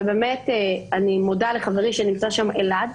ובאמת אני מודה לחברי אלעד שנמצא שם,